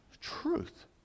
truth